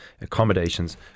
accommodations